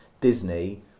Disney